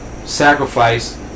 Sacrifice